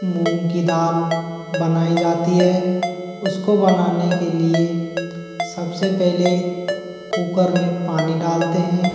मूंग की दाल बनाई जाती है उसको बनाने के लिए सबसे पहले कूकर में पानी डालते है